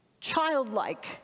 childlike